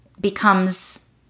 becomes